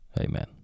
Amen